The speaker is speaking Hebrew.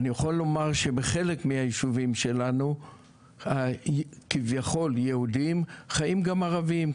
אני יכול לומר שבחלק מהיישובים שלנו כביכול יהודיים חיים גם ערבים,